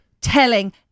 telling